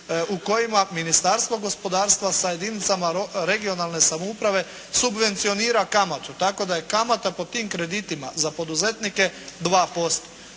u kojima Ministarstvo gospodarstva sa jedinicama regionalne samouprave subvencionira kamatu tako da je kamata po tim kreditima za poduzetnike 2%.